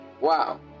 Wow